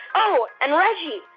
oh, and, reggie,